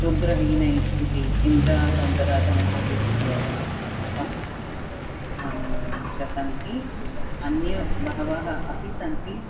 रुद्रवीनै इति इन्द्रासौन्द्रराजन्महोदयस्य पुस्तकं च सन्ति अन्य बहवः अपि सन्ति